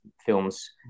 films